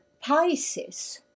Pisces